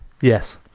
Yes